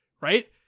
right